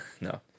No